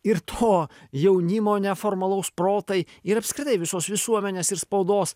ir to jaunimo neformalaus protai ir apskritai visos visuomenės ir spaudos